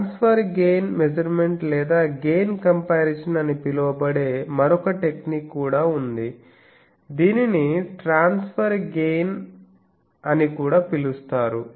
transfer gain measurement లేదా gain comparison అని పిలువబడే మరొక టెక్నిక్ కూడా ఉంది దీనిని ట్రాన్స్ఫర్ గెయిన్ అని కూడా పిలుస్తారు